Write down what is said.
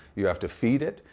you have to feed it.